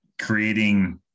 creating